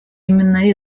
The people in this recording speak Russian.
именно